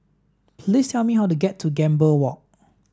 please tell me how to get to Gambir Walk